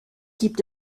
gibt